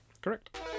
correct